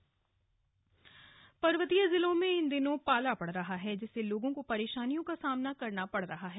पाला पर्वतीय जिलों में इन दिनों पाला पड़ रहा है जिससे लोगों को परेशानियों का सामना करना पड़ रहा है